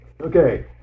Okay